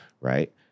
right